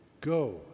go